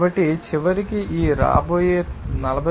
కాబట్టి చివరికి ఈ రాబోయే 49